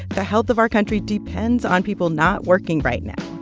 the health of our country depends on people not working right now.